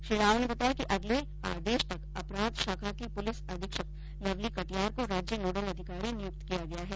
श्री राव ने बताया कि अगले आदेश तक अपराध शाखा की पुलिस अधीक्षक लवली कटियार को राज्य नोडल अधिकारी नियुक्त किया गया है